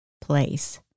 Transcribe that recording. place